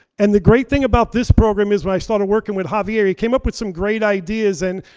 and the great thing about this program is when i started working with javier, he came up with some great ideas. and,